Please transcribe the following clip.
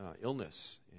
illness